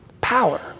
power